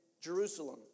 Jerusalem